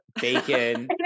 Bacon